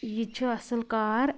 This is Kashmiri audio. یہِ تہِ چھُ اصٕل کار